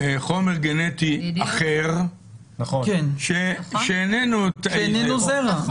חומר גנטי אחר שאיננו תאי זרע.